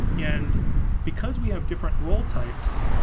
and because we have different role types,